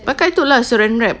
pakai tu lah saran wrap